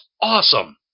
awesome